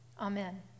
Amen